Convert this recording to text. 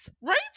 right